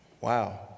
Wow